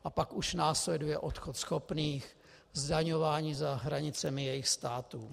A pak už následuje odchod schopných, zdaňování za hranicemi jejich států.